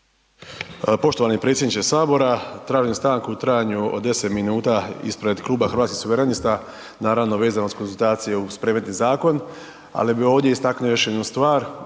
Poštovani predsjedniče sabora tražim stanku u trajanju od 10 minuta ispred Kluba Hrvatskih suverenista naravno vezano uz konzultacije uz predmetni zakon, ali bih ovdje istaknuo još jednu stvar.